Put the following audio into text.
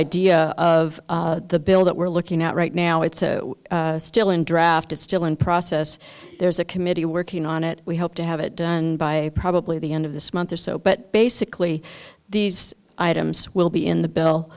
idea of the bill that we're looking at right now it's still in draft it's still in process there's a committee working on it we hope to have it done by probably the end of this month or so but basically these items will be in the bill